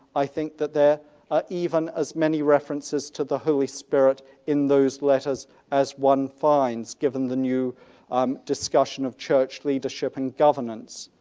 i think, that there are even as many references to the holy spirit in those letters as one finds given the new um discussion of church leadership and governance.